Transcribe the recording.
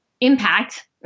impact